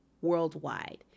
worldwide